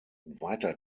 weiter